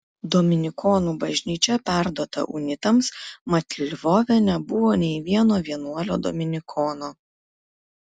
dominikonų bažnyčia perduota unitams mat lvove nebuvo nei vieno vienuolio dominikono